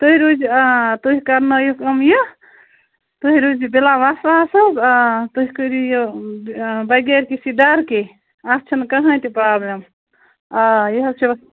تُہۍ روٗزِو تُہۍ کٔرناوُکھ یِم یہِ تُہۍ روٗزِو بِلا وسواس حَظ تُہۍ کٔرِو یہِ بغیر کِسی ڈر کے اَتھ چھُ نہٕ کٕہٕنٛی تہِ پرٛابلِم آ یہِ حَظ چھُ